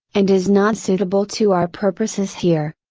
and is not suitable to our purposes here.